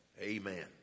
Amen